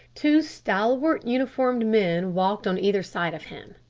two stalwart uniformed men walked on either side of him.